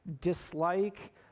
dislike